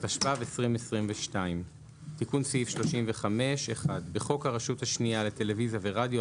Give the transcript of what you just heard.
התשפ"ב 2022. תיקון סעיף 35 1. בחוק הרשות השנייה לטלוויזיה ורדיו,